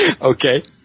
Okay